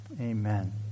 amen